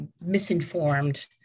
misinformed